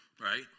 right